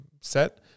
set